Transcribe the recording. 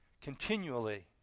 continually